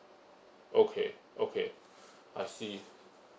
okay okay I see